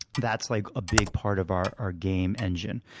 that's like a big part of our our game engine.